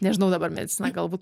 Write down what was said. nežinau dabar medicina galbūt